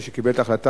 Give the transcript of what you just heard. מי שקיבל את ההחלטה,